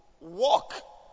walk